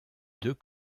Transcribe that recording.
deux